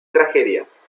tragedias